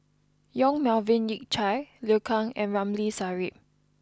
Yong Melvin Yik Chye Liu Kang and Ramli Sarip